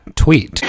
tweet